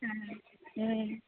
ம் ம்